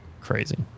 crazy